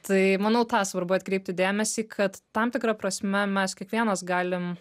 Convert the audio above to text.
tai manau į tą svarbu atkreipti dėmesį kad tam tikra prasme mes kiekvienas galim